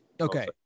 Okay